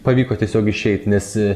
pavyko tiesiog išeit nes